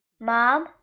Mom